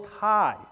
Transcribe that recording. High